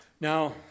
Now